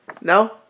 No